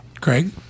Craig